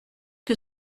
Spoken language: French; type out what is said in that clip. que